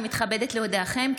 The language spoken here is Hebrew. אני מתכבדת להודיעכם,